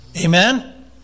Amen